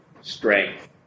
strength